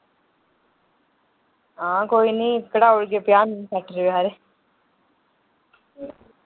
हां कोई नि घटाउड़गे पञां सट्ठ रपे हारे